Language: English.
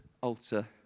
altar